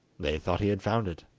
they thought he had found it,